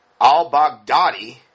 al-Baghdadi